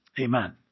Amen